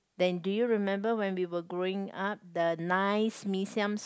then do you remember when we were growing up the nice mee-siam